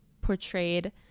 portrayed